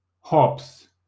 hops